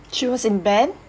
she was in band